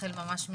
החל ממש,